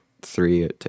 three